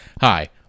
Hi